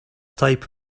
type